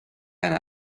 einer